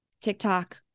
TikTok